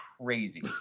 crazy